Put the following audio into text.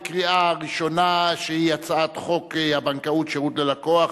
את הצעת חוק הבנקאות (שירות ללקוח)